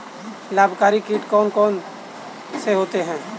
लाभकारी कीट कौन कौन से होते हैं?